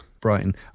Brighton